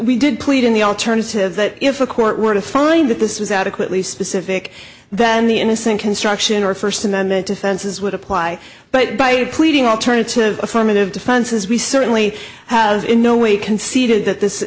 we did plead in the alternative that if a court were to find that this was adequately specific then the innocent construction or first amendment defenses would apply but by pleading alternative affirmative defenses we certainly has in no way conceded that this